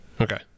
Okay